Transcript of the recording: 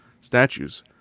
statues